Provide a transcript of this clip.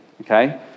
okay